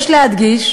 יש להדגיש